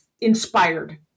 inspired